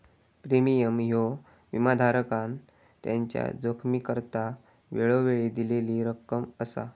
premium ह्यो विमाधारकान त्याच्या जोखमीकरता वेळोवेळी दिलेली रक्कम असा